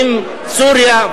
עם סוריה.